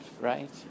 right